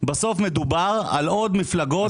בסוף מדובר על עוד מפלגות.